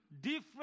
Different